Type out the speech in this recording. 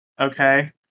Okay